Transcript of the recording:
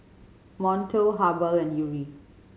Monto Habhal and Yuri